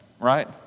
right